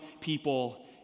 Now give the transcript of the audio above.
people